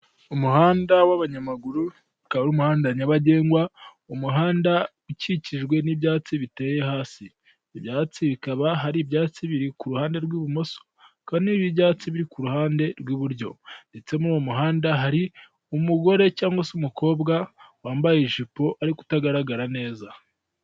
Umuhanda w'abanyamaguru, ukaba ari umuhanda nyabagendwa, umuhanda ukikijwe n'ibyatsi biteye hasi. Ibyatsi bikaba hari ibyatsi biri ku ruhande rw'ibumoso, hakaba n'ibindi byatsi biri ku ruhande rw'iburyo ndetse muri uwo muhanda hari umugore cyangwa se umukobwa wambaye ijipo ariko utagaragara neza.